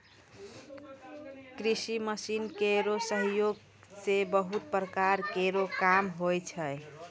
कृषि मसीन केरो सहयोग सें बहुत प्रकार केरो काम होय छै